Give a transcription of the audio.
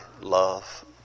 love